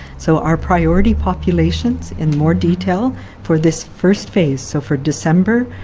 so our priority populations in more detail for this first phase, so for december,